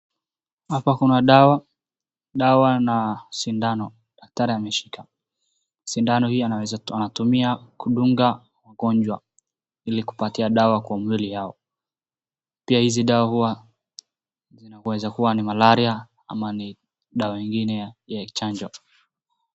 Hapa kuna dawa na sindano daktari ameshika. Sindano hii anatumia kudunga mgonjwa ili kupatia dawa kwa mwili yao pia hizi dawa huwa zinaweza kuwa ni malaria ama ni dawa nyingine ya chanjo.